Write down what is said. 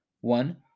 One